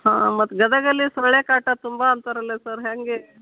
ಹಾಂ ಮತ್ತು ಗದಗಲ್ಲಿ ಸೊಳ್ಳೆ ಕಾಟ ತುಂಬ ಅಂತಾರಲ್ಲ ಸರ್ ಹೇಗೆ